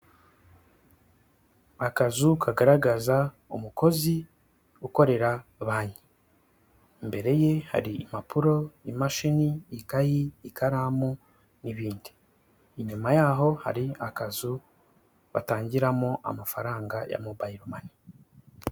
Akazu kagaragaza umukozi ukorera banki, imbere ye hari impapuro, imashini, ikayi, ikaramu n'ibindi. Inyuma yaho hari akazu batangiramo amafaranga ya Mobayiro mani.